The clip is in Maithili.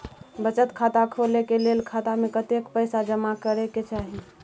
बचत खाता खोले के लेल खाता में कतेक पैसा जमा करे के चाही?